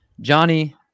johnny